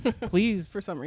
please